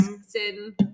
sin